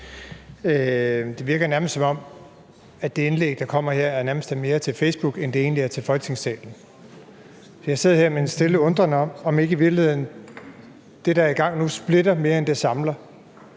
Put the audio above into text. Det virker nærmest, som om det indlæg, der kommer her, mere er til Facebook, end det egentlig er til Folketingssalen. For jeg sidder her med en stille undren, i forhold til om det, der er i gang nu, splitter mere, end det samler.